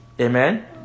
amen